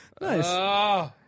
Nice